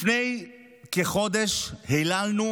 לפני כחודש היללנו,